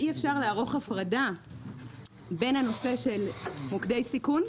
אי-אפשר לערוך הפרדה בין הנושא של מוקדי סיכון,